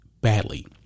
badly